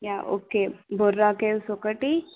yeah okay Borra caves ఒకటి